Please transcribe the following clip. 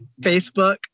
Facebook